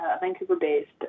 Vancouver-based